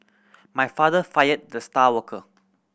my father fired the star worker